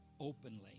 openly